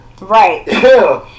Right